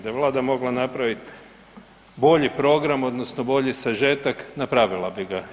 Da je Vlada mogla napraviti bolji program odnosno bolji sažetak napravila bi ga.